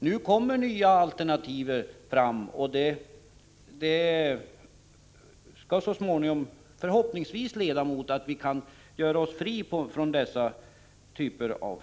Nu kommer nya alternativ fram, och så småningom skall dessa förhoppningsvis leda till att djurförsöken kan upphöra.